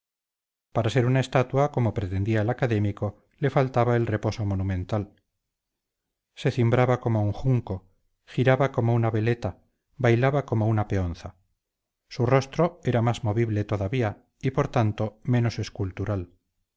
para ser una estatua como pretendía el académico le faltaba el reposo monumental se cimbraba como un junco giraba como una veleta bailaba como una peonza su rostro era más movible todavía y por lo tanto menos escultural